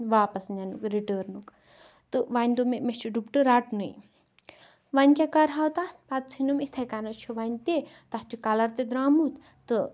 واپَس نِنُک رِٹٲرنُک تہٕ وۄنۍ دوپ مےٚ مےٚ چھُ دُپٹہٕ رَٹنُے وۄنۍ کیاہ کَرہا تَتھ پَتہٕ ژھُنُم اِتھاے کَنۍ چھُ وۄنۍ تہِ تَتھ چھُ کَلر تہِ درامُت تہٕ